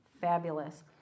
fabulous